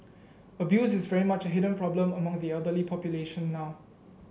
abuse is very much a hidden problem among the elderly population now